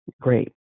Great